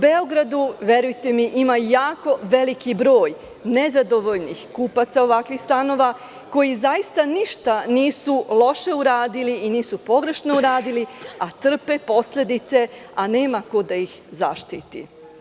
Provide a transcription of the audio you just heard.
Verujte mi, u Beogradu ima jako veliki broj nezadovoljnih kupaca ovakvih stanova koji zaista ništa nisu loše uradili i nisu pogrešno uradili, a trpe posledice, a nema ko da ih zaštiti.